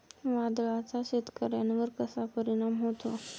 वादळाचा शेतकऱ्यांवर कसा परिणाम होतो?